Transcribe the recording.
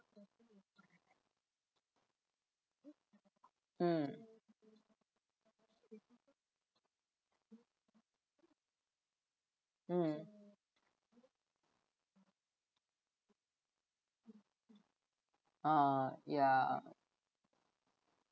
mm mm ah yeah